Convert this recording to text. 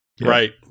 Right